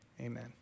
amen